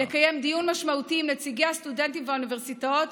לקיים דיון משמעותי עם נציגי הסטודנטים באוניברסיטאות,